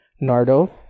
Nardo